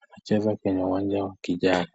Wanacheza kwenye uwanja wa kijani.